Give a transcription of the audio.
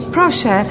Proszę